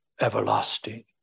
everlasting